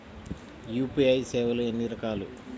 UPI సేవలు ఎన్నిరకాలు?